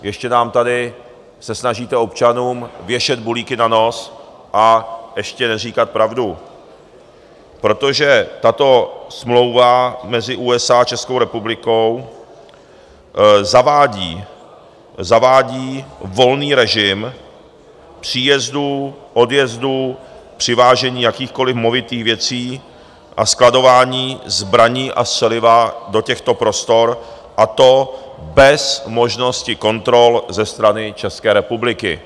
Ještě nám tady se snažíte občanům věšet bulíky na nos a ještě neříkat pravdu, protože tato smlouva mezi USA, Českou republikou zavádí volný režim příjezdů, odjezdů, přivážení jakýchkoliv movitých věcí, skladování zbraní a střeliva do těchto prostor, a to bez možnosti kontrol ze strany České republiky.